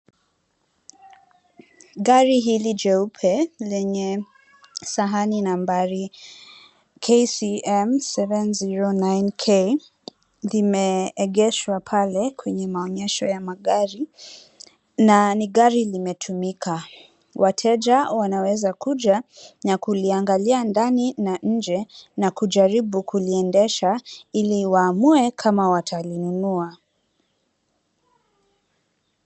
Gari hili jeupe lenye sahani nambari KCM709K,limeengeshwa pale kwenye maonyesho ya magari na ni gari limetumika. Wateja wanaweza kuja na kuliangalia ndani na nje na kujaribu kuliendesha ili waamue kama watalinunua.